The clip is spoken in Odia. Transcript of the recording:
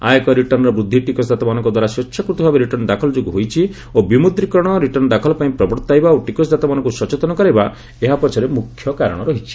ଆୟକର ରିଟର୍ଣ୍ଣରେ ବୃଦ୍ଧି ଟିକସଦାତାମାନଙ୍କ ଦ୍ୱାରା ସ୍ୱେଚ୍ଛାକୃତ ଭାବେ ରିଟର୍ଶ୍ଣ ଦାଖଲ ଯୋଗୁଁ ହୋଇଛି ଓ ବିମ୍ବଦ୍ରିକରଣ ରିଟର୍ଣ୍ଣ ଦାଖଲ ପାର୍ଇ ପ୍ରବର୍ତ୍ତାଇବା ଓ ଟିକସଦାତାମାନଙ୍କୁ ସଚେତନ କରାଇବା ଏହା ପଛରେ ମୁଖ୍ୟ କାରଣ ରହିଛି